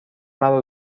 مرا